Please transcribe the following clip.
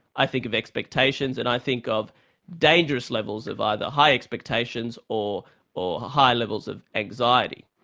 i think, of expectations, and i think of dangerous levels of either high expectations, or or high levels of anxiety.